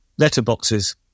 letterboxes